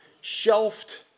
shelved